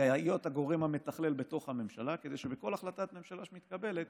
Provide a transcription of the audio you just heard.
להיות הגורם המתכלל בתוך הממשלה כדי שבכל החלטת ממשלה שמתקבלת